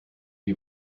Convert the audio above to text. die